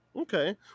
Okay